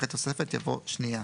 אחרי "תוספת" יבוא "שנייה".